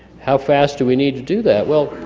how fast do we need to do that? well,